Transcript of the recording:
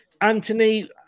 Anthony